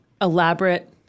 elaborate